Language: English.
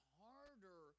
harder